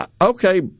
okay